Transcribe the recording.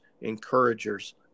encouragers